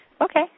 Okay